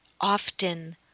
often